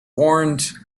warned